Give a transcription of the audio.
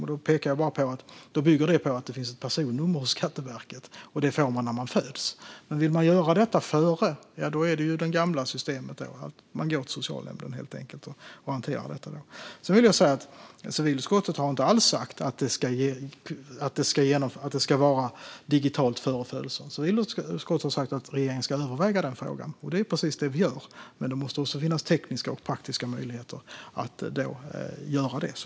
Då pekar jag på att det bygger på att det finns ett personnummer hos Skatteverket, och det får barnet när det föds. Men vill man göra detta före barnets födelse är det det gamla systemet som gäller. Man går helt enkelt till socialnämnden för att hantera detta. Sedan vill jag säga att civilutskottet inte alls har sagt att faderskapsbekräftelse ska kunna ske digitalt innan barnet är fött. Civilutskottet har sagt att regeringen ska överväga den frågan, och det är precis det som vi gör. Men då måste det också finnas tekniska och praktiska möjligheter att göra det.